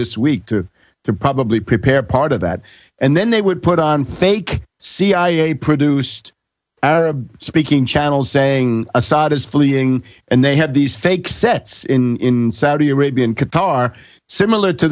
this week to probably prepare part of that and then they would put on fake cia produced arab speaking channels saying assad is fleeing and they had these fake sets in saudi arabia and qatar similar to